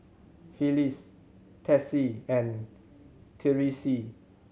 Phyliss Tessie and Tyreese